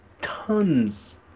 tons